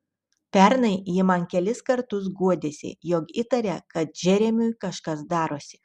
pernai ji man kelis kartus guodėsi jog įtaria kad džeremiui kažkas darosi